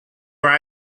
where